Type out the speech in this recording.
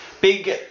Big